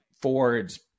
Ford's